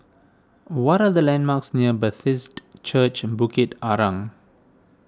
what are the landmarks near Bethesda Church Bukit Arang